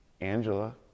angela